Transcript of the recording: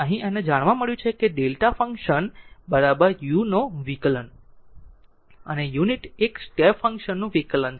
અહીં આને જાણ્યું છે કે Δ ફંક્શન u નો વિકલન અને યુનિટ એક સ્ટેપ ફંક્શન નું વિકલન છે